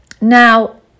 Now